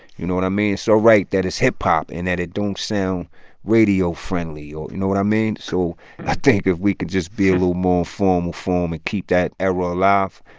you know what i mean? it's so right that it's hip-hop in that it don't sound radio friendly or you know what i mean? so i think if we could just be a little more formal form and keep that era alive,